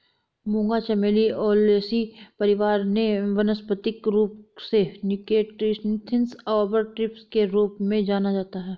मूंगा चमेली ओलेसी परिवार से वानस्पतिक रूप से निक्टेन्थिस आर्बर ट्रिस्टिस के रूप में जाना जाता है